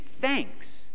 thanks